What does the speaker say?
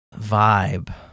vibe